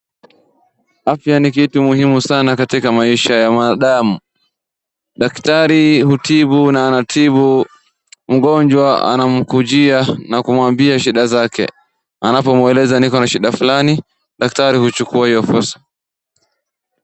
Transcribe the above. Afya ni kitu muhimu katika maisha ya mwanadamu. Daktari hutibu na anatibu mgonjwa anamkujia na kumwambia shida zake anapomweleza ako na shida fulani daktari anachukua hiyo fursa.